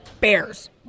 Bears